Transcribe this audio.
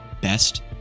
best